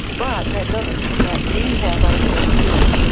but that doesn't mean that we have ideas here.